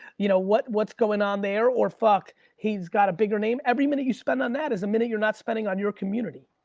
you know what's going on there or fuck, he's got a bigger name. every minute you spend on that is a minute you're not spending on your community.